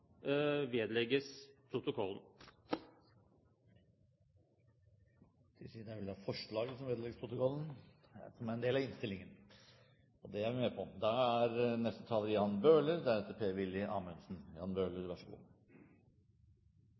vedlegges protokollen. Det vil si, det er vel forslaget som vedlegges protokollen som en del av innstillingen. Og det er vi med på. Jeg er